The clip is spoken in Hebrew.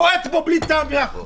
בועט בו בלי טעם וריח,